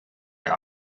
der